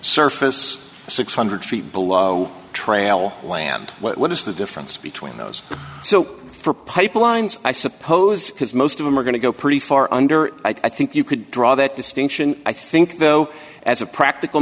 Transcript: surface six hundred feet below trail land what is the difference between those so for pipelines i suppose because most of them are going to go pretty far under i think you could draw that distinction i think though as a practical